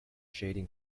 shading